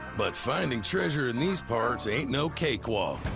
but finding treasure in these parts ain't no cake walk.